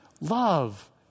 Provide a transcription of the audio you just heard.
love